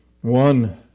One